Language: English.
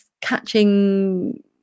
catching